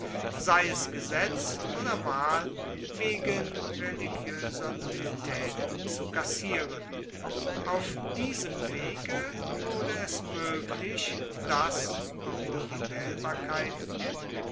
sei es gesetz oder wahl wegen religioeser nullitaeten zu kassieren auf diesem wege wurde es moeglich dass obwohl die waehlbarkeit der